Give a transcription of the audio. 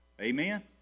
Amen